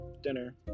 dinner